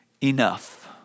enough